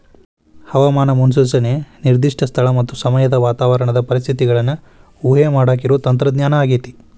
ಹವಾಮಾನ ಮುನ್ಸೂಚನೆ ನಿರ್ದಿಷ್ಟ ಸ್ಥಳ ಮತ್ತ ಸಮಯದ ವಾತಾವರಣದ ಪರಿಸ್ಥಿತಿಗಳನ್ನ ಊಹೆಮಾಡಾಕಿರೋ ತಂತ್ರಜ್ಞಾನ ಆಗೇತಿ